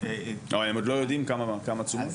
הם עוד לא יודעים כמה תשומות.